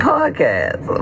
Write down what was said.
Podcast